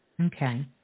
Okay